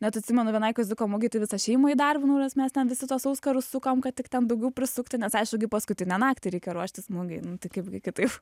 net atsimenu vienai kaziuko mugei tai visą šeimą įdarbinau nes mes ten visi tuos auskarus sukam kad tik ten daugiau prisukti nes aišku paskutinę naktį reikia ruoštis mugei nu tai kaipgi kitaip